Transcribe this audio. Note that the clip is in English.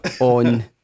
on